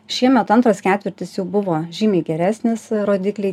šiemet antras ketvirtis jau buvo žymiai geresnis rodikliai